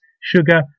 sugar